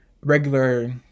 regular